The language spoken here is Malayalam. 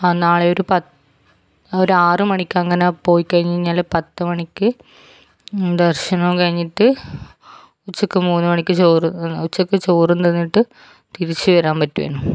ആ നാളെയൊരു ഒരു പത്ത് ഒരു ആറു മണിക്കങ്ങനെ പോയി കഴിഞ്ഞ് കഴിഞ്ഞാൽ പത്തുമണിക്ക് ദർശനവും കഴിഞ്ഞിട്ട് ഉച്ചയ്ക്ക് മൂന്ന് മണിക്ക് ചോറ് ഉച്ചയ്ക്ക് ചോറും തിന്നിട്ട് തിരിച്ച് വരാൻ പറ്റുമോ എന്ന്